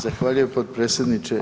Zahvaljujem, potpredsjedniče.